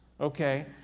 okay